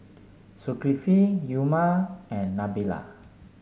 Zulkifli Umar and Nabila